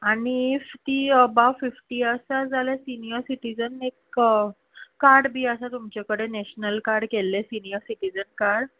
आनी इफ ती above fifty आसा जाल्यार सिनीयर सिटीजन एक कार्ड बीन आसा तुमचे कडेन नॅशनल कार्ड केल्ले सिनीयर सिटीजन कार्ड